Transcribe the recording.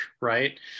right